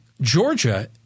Georgia